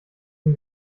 dem